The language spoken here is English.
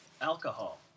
alcohol